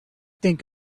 think